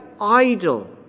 idle